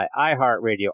iHeartRadio